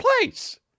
place